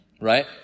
right